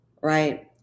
right